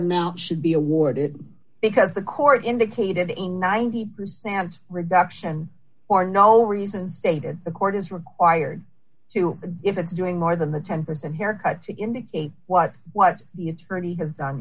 amount should be awarded because the court indicated a ninety percent reduction or no reason stated a court is required to and if it's doing more than the ten percent haircut to indicate what what the attorney has done